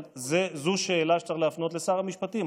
אבל זו שאלה שצריך להפנות לשר המשפטים.